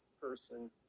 person